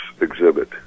exhibit